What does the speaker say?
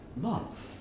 love